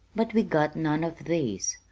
but we got none of these.